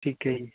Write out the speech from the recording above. ਠੀਕ ਹੈ ਜੀ